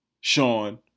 Sean